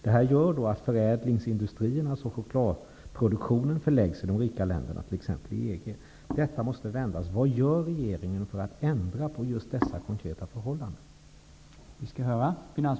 Det här gör att förädlingsindustrierna och chokladproduktionen förläggs i de rika länderna, t.ex. i EG. Detta måste vändas.